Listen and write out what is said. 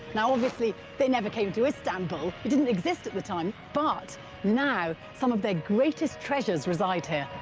now, obviously, they never came to istanbul it didn't exist at the time but now some of their greatest treasures reside here.